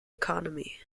economy